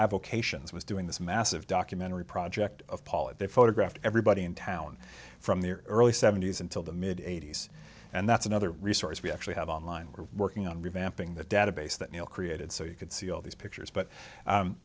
avocations was doing this massive documentary project of paula they photographed everybody in town from the early seventy's until the mid eighty's and that's another resource we actually have online we're working on revamping the database that neil created so you could see all these pictures but